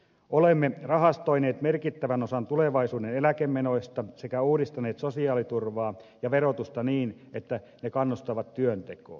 olemme rahastoineet merkittävän osan tulevaisuuden eläkemenoista sekä uudistaneet sosiaaliturvaa ja verotusta niin että ne kannustavat työntekoon